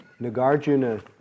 Nagarjuna